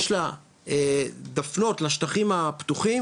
יש לה דפנות לשטחים הפתוחים,